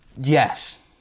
yes